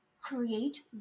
create